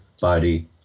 body